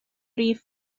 rif